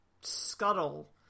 scuttle